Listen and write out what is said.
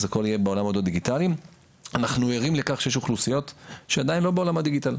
אנחנו ערים לכך שיש אוכלוסיות שעדיין לא בעולם הדיגיטל.